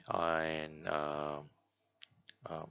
and uh um